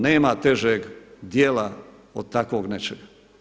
Nema težeg djela od takvog nečega.